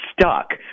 Stuck